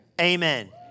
Amen